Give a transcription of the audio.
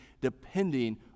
depending